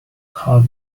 how